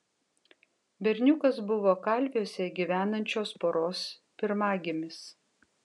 berniukas buvo kalviuose gyvenančios poros pirmagimis